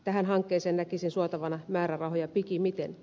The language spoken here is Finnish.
tähän hankkeeseen näkisin suotavan määrärahoja pikimmiten